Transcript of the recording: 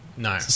No